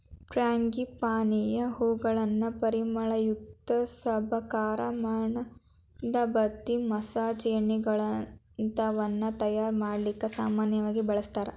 ಫ್ರಾಂಗಿಪಾನಿಯ ಹೂಗಳನ್ನ ಪರಿಮಳಯುಕ್ತ ಸಬಕಾರ್, ಮ್ಯಾಣದಬತ್ತಿ, ಮಸಾಜ್ ಎಣ್ಣೆಗಳಂತವನ್ನ ತಯಾರ್ ಮಾಡ್ಲಿಕ್ಕೆ ಸಾಮನ್ಯವಾಗಿ ಬಳಸ್ತಾರ